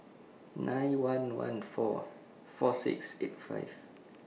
nine one one four four six eight five